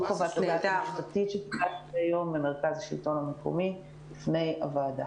זו חוות הדעת המשפטית ש --- היום ממרכז השלטון המקומי בפני הוועדה.